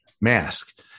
mask